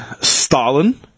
Stalin